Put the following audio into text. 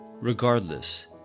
Regardless